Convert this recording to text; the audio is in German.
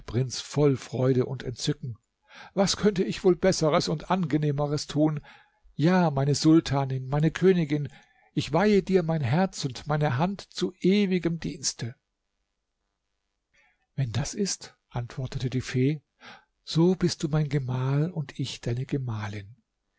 prinz voll freude und entzücken was könnte ich wohl besseres und angenehmeres tun ja meine sultanin meine königin ich weihe dir mein herz und meine hand zu ewigem dienste wenn das ist antwortete die fee so bist du mein gemahl und ich deine gemahlin